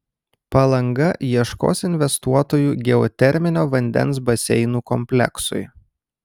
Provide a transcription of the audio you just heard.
palanga ieškos investuotojų geoterminio vandens baseinų kompleksui